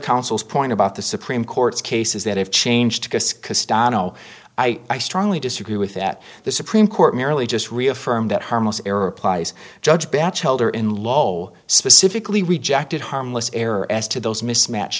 counsel's point about the supreme court's cases that have changed no i i strongly disagree with that the supreme court merely just reaffirmed that harmless error applies judge batchelder in lol specifically rejected harmless error as to those mismatch